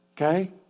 Okay